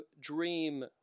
Dream